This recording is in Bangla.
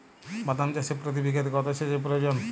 বাদাম চাষে প্রতি বিঘাতে কত সেচের প্রয়োজন?